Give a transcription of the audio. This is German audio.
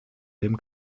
dem